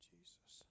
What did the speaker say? Jesus